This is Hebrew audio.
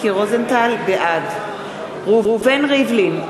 בעד ראובן ריבלין,